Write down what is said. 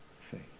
faith